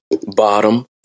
bottom